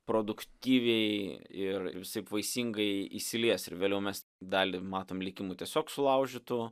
produktyviai ir visaip vaisingai įsilies ir vėliau mes dalį matom likimų tiesiog sulaužytų